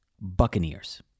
Buccaneers